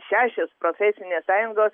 šešios profesinės sąjungos